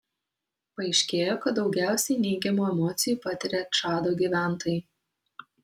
paaiškėjo kad daugiausiai neigiamų emocijų patiria čado gyventojai